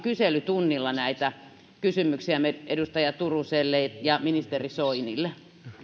kyselytunnilla näitä kysymyksiä edustaja turuselle ja ministeri soinille